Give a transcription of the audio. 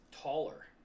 taller